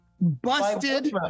busted